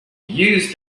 used